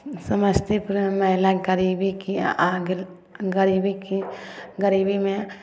समस्तीपुरमे महिलाके गरीबीके गरीबीके गरीबीमे